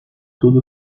tudo